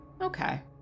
Okay